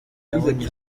yabonye